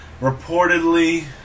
Reportedly